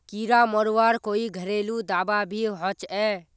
कीड़ा मरवार कोई घरेलू दाबा भी होचए?